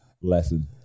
lesson